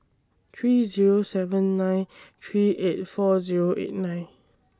three Zero seven nine three eight four Zero eight nine